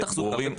ללא תחזוקה ופחת.